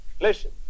listen